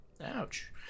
Ouch